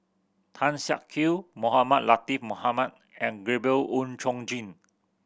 Tan Siak Kew Mohamed Latiff Mohamed and Gabriel Oon Chong Jin